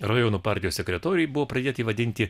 rajonų partijų sekretoriai buvo pradėti vadinti